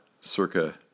circa